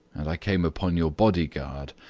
and i came upon your bodyguard,